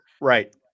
right